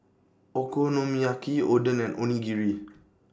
Okonomiyaki Oden and Onigiri